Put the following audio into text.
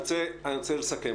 אני רוצה לסכם.